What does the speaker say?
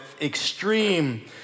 extreme